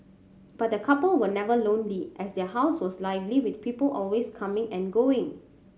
but the couple were never lonely as their house was lively with people always coming and going